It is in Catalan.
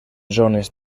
zones